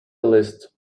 list